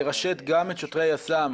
לרשת גם את שוטרי היס"מ,